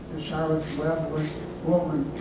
charlotte's web was woven.